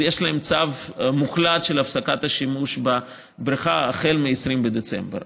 יש להם צו מוחלט להפסקת השימוש בבריכה החל מ-20 בדצמבר.